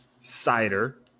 cider